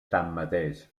tanmateix